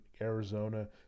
Arizona